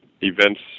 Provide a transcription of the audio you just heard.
events